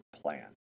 plan